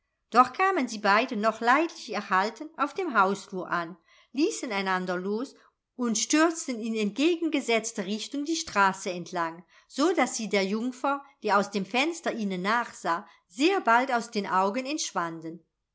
doch kamen sie beide noch leidlich erhalten auf dem hausflur an ließen einander los und stürzten in entgegengesetzter richtung die straße entlang so daß sie der jungfer die aus dem fenster ihnen nachsah sehr bald aus den augen entschwanden